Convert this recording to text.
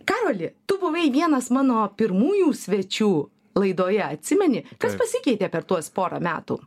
karoli tu buvai vienas mano pirmųjų svečių laidoje atsimeni kas pasikeitė per tuos porą metų